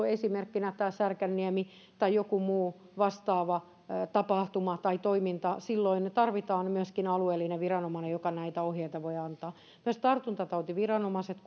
esimerkkinä tämä särkänniemi tai joku muu vastaava tapahtuma tai toiminta silloin tarvitaan myöskin alueellinen viranomainen joka näitä ohjeita voi antaa myös tartuntatautiviranomaiset